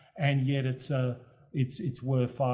and yet, it's, ah it's it's word five,